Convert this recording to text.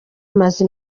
amaze